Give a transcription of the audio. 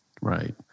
Right